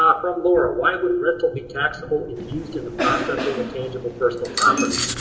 um from laura, why would rental be taxable if used in the processing of tangible personal property?